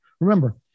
Remember